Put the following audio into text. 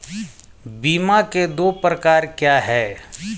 बीमा के दो प्रकार क्या हैं?